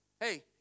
hey